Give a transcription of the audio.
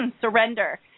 surrender